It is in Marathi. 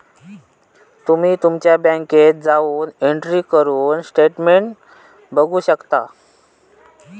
तुम्ही तुमच्या बँकेत जाऊन एंट्री करून स्टेटमेंट बघू शकतास